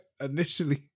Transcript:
initially